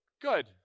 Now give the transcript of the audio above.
Good